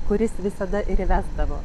kuris visada ir įvesdavo